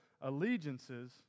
allegiances